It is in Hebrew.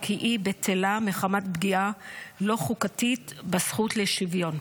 כי היא בטלה מחמת פגיעה לא חוקתית בזכות לשוויון,